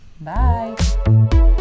Bye